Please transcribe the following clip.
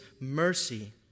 mercy